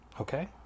Okay